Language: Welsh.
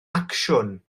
acsiwn